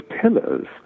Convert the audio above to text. pillars